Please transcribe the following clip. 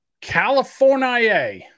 california